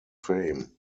fame